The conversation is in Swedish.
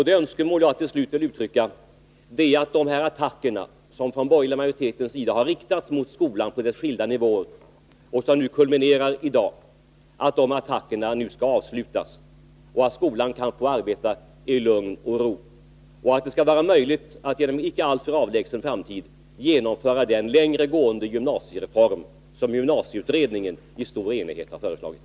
Det önskemål som jag till slut vill uttrycka är att de attacker som den borgerliga majoriteten har riktat mot skolan på dess skilda nivåer och som kulminerar i dag nu skall avslutas och att skolan kan få arbeta i lugn och ro. Jag hoppas att det skall vara möjligt att inom en inte alltför avlägsen framtid genomföra den längre gående gymnasiereform som gymnasieutredningen i stor enighet har föreslagit.